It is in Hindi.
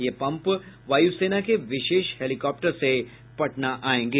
ये पंप वायु सेना के विशेष हेलीकॉप्टर से पटना आयेंगे